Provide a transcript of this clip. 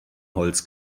holz